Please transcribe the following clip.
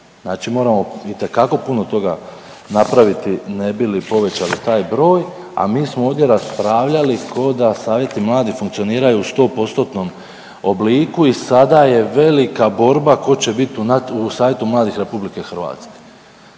znači moramo itekako puno toga napraviti ne bi li povećali taj broj, a mi smo ovdje raspravljali kao da savjeti mladih funkcioniraju u 100 postotnom obliku i sada je velika borba tko će biti u Savjetu mladih RH.